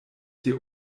dir